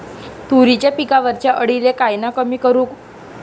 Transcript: तुरीच्या पिकावरच्या अळीले कायनं कमी करू?